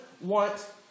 want